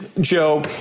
Joe